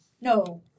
No